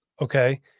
Okay